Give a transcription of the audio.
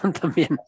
También